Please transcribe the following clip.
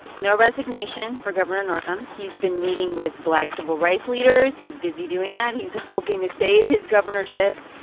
no resignation for governor northam he's been meeting with black civil rights leaders. he's busy doing that. he's hoping to save his governorship.